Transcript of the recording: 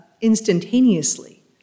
instantaneously